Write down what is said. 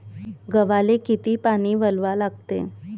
गव्हाले किती पानी वलवा लागते?